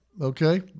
Okay